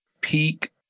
Peak